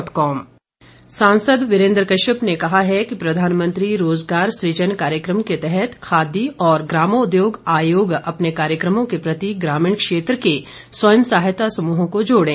वीरेन्द्र कश्यप सांसद वीरेन्द्र कश्यप ने कहा है कि प्रधानमंत्री रोजगार सृजन कार्यक्रम के तहत खादी और ग्रामोद्योग आयोग अपने कार्यक्रमों के प्रति ग्रामीण क्षेत्र के स्वयं सहायता समूहों को जोड़ें